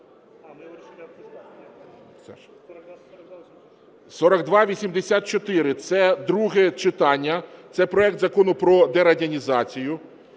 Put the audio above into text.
4284, це друге читання, це проект Закону про дерадянізацію.